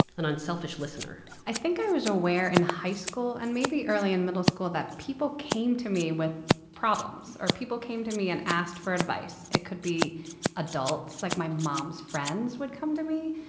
an unselfish listener i think i was aware in high school and maybe early in middle school that people came to me with problems or people came to me and asked for advice. it could be adults. adults. like, my mom's friends would come to me,